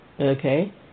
Okay